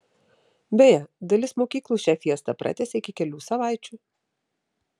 beje dalis mokyklų šią fiestą pratęsė iki kelių savaičių